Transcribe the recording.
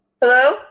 Hello